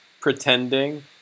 pretending